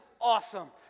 awesome